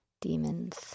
Demons